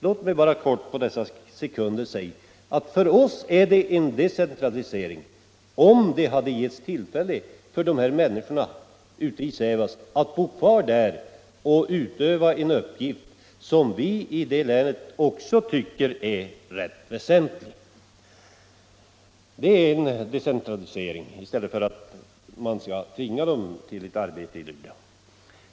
Låt mig helt kort få säga att för oss är det en decentralisering om dessa människor i Sävasts by hade fått tillfälle att bo kvar där och fullgöra sin uppgift som jordbrukare, vilket vi i det länet tycker också är rätt väsentlig. Det är decentralisering i stället för att tvinga dem till ett arbete i Luleå.